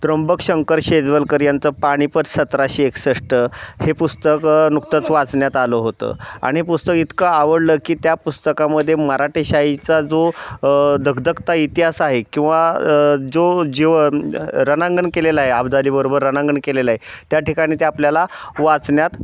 त्र्यंबक शंकर शेजवलकर यांचं पानिपत सतराशे एकसष्ट हे पुस्तकं नुकतंच वाचण्यात आलं होतं आणि पुस्तक इतकं आवडलं की त्या पुस्तकामध्ये मराठेशाहीचा जो धगधगता इतिहास आहे किंवा जो जीवन रणांगण केलेला आहे अब्दालीबरोबर रणांगण केलेलं आहे त्या ठिकाणी ते आपल्याला वाचण्यात